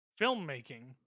Filmmaking